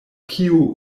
kiu